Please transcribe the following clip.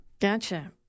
Gotcha